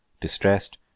distressed